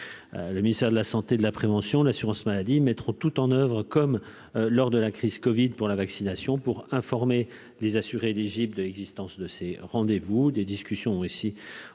le ministère de la Santé, de la prévention de l'assurance maladie mettront tout en oeuvre, comme lors de la crise Covid pour la vaccination pour informer les assurés éligible de l'existence de ces rendez-vous